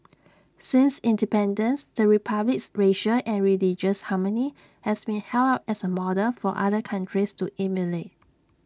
since independence the republic's racial and religious harmony has been held up as A model for other countries to emulate